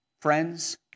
Friends